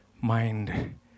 mind